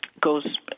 goes